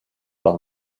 par